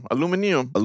Aluminum